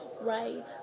right